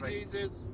Jesus